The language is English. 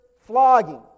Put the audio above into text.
flogging